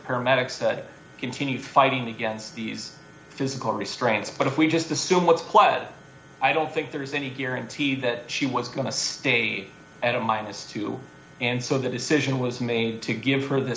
paramedic said continued fighting against these physical restraints but if we just assume what's quiet i don't think there is any guarantee that she was going to stay at minus two and so that decision was made to give her the